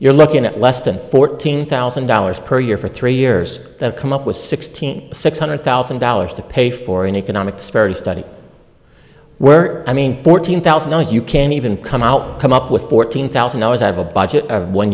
you're looking at less than fourteen thousand dollars per year for three years that come up with sixteen six hundred thousand dollars to pay for an economic disparity study where i mean fourteen thousand dollars you can't even come out come up with fourteen thousand dollars have a budget of one